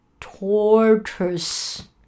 Tortoise